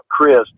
Chris